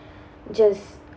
just